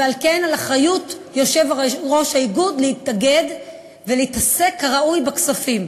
ועל כן באחריות יושב-ראש האיגוד להתאגד ולהתעסק כראוי בכספים.